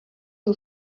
who